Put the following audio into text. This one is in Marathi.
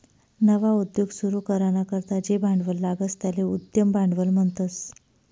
नवा उद्योग सुरू कराना करता जे भांडवल लागस त्याले उद्यम भांडवल म्हणतस